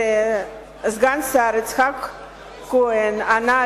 כשסגן השר יצחק כהן ענה